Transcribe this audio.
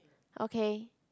okay